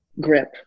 grip